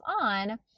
on